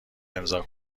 امضاء